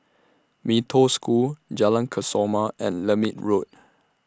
Mee Toh School Jalan Kesoma and Lermit Road